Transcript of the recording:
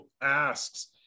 asks